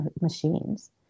machines